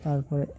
তার পরে